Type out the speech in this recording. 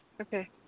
Okay